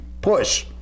push